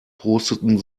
prosteten